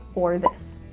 or this.